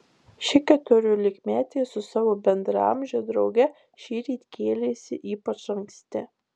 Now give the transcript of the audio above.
ši keturiolikmetė su savo bendraamže drauge šįryt kėlėsi ypač anksti